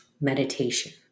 meditation